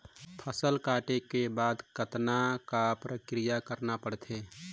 फसल काटे के बाद कतना क प्रक्रिया करना पड़थे?